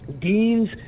deans